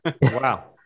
wow